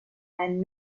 and